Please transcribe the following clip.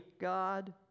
God